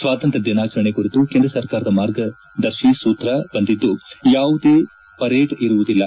ಸ್ವಾತಂತ್ರ್ಯ ದಿನಾಚರಣೆ ಕುರಿತು ಕೇಂದ್ರ ಸರ್ಕಾರದ ಮಾರ್ಗದರ್ತಿ ಸೂತ್ರ ಬಂದಿದ್ದು ಯಾವುದೇ ಪರೇಡ್ ಇರುವುದಿಲ್ಲ